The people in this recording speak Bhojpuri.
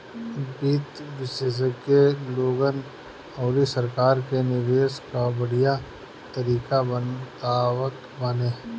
वित्त विशेषज्ञ लोगन अउरी सरकार के निवेश कअ बढ़िया तरीका बतावत बाने